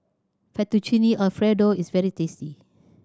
Fettuccine Alfredo is very tasty